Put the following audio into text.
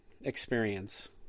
experience